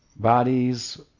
Bodies